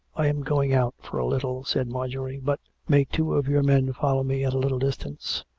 i am going out for a little, said marjorie. but may two of your men follow me at a little distance?